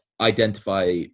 identify